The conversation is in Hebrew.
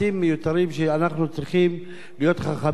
שאנחנו צריכים להיות חכמים במניעתם קודם.